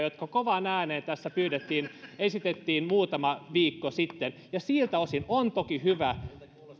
mitä kovaan ääneen tässä pyydettiin esitettiin muutama viikko sitten ja siltä osin on toki hyvä